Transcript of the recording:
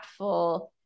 impactful